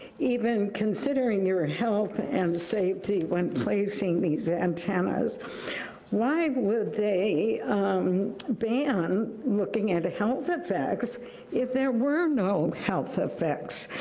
even considering your ah health and safety when placing these antennas why would they ban looking at health effects if there were no health effects?